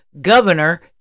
Governor